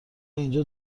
اینجا